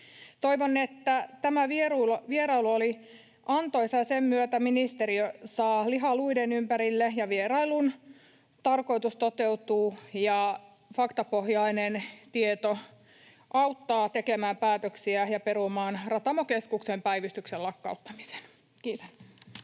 Toivon, että tämä vierailu oli antoisa ja sen myötä ministeriö saa lihaa luiden ympärille, vierailun tarkoitus toteutuu ja faktapohjainen tieto auttaa tekemään päätöksiä ja perumaan Ratamokeskuksen päivystyksen lakkauttamisen. — Kiitän.